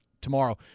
tomorrow